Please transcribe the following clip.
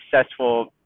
successful